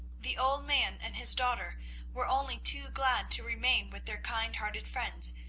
the old man and his daughter were only too glad to remain with their kind-hearted friends,